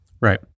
Right